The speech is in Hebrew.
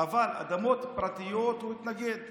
אבל אדמות פרטיות הוא התנגד.